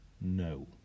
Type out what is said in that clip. no